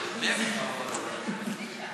מי הוציא את ההודעה הזאת?